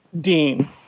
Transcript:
Dean